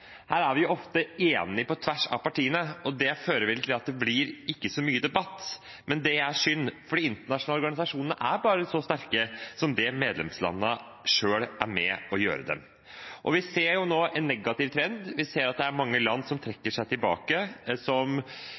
Her er vi ofte enige på tvers av partiene, og det fører vel til at det ikke blir så mye debatt. Det er synd, for de internasjonale organisasjonene er bare så sterke som det medlemslandene selv er med på å gjøre dem. Vi ser nå en negativ trend, vi ser at det er mange land som trekker seg tilbake